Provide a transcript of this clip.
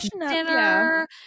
dinner